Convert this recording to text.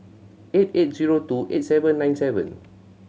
eight eight zero two eight seven nine seven